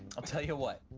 i'll tell you what,